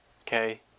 Okay